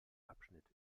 abschnitt